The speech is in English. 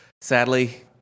sadly